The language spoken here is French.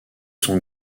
son